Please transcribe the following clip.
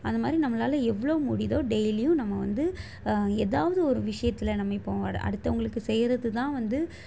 அந்த மாதிரி நம்மளால் எவ்வளோ முடியுதோ டெய்லியும் நம்ம வந்து ஏதாவது ஒரு விஷயத்தில் நம்ம இப்போது அட அடுத்தவர்களுக்கு செய்யறது தான் வந்து